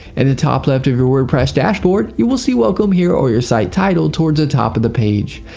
and the top left of your wordpress dashboard, you will see welcome here or your site title towards the top of the page.